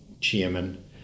chairman